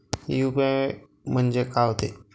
UPI म्हणजे का होते?